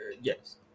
yes